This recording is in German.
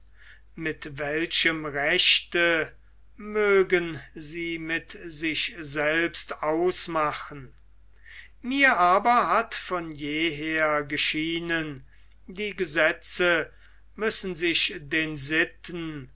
mit welchem rechte mögen sie mit sich selbst ausmachen mir aber hat von jeher geschienen die gesetze müssen sich den sitten